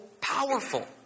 powerful